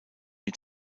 mit